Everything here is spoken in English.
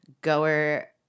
goer